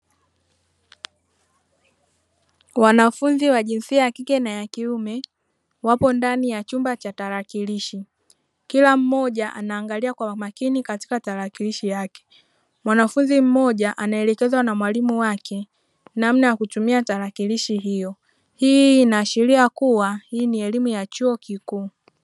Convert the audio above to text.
Wanafunzi wa jinsia ya kike na ya kiume wapo ndani ya chumba cha tarakirishi, kila mmoja anaangalia kwa makini katika tarakirishi yake, mwanafunzi mmoja anaelekezwa na mwalimu wake namna ya kutumia tarakirishi hiyo hii inaashiria kuwa hii ni elimu ya chuo kikuu.